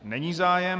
Není zájem.